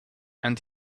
and